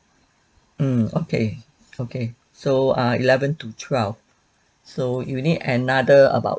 mm okay okay so uh eleven to twelve so you need another about